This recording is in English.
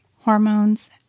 hormones